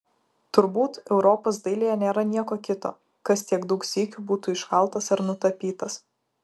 turbūt europos dailėje nėra nieko kito kas tiek daug sykių būtų iškaltas ar nutapytas